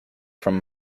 from